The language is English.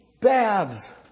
baths